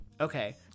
Okay